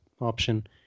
option